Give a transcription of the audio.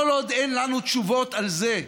כל עוד אין לנו תשובות על זה,